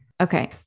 Okay